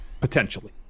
potentially